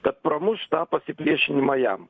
kad pramuš tą pasipriešinimą jam